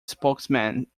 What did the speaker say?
spokesman